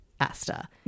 Asta